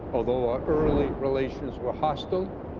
although our early relations were hostile,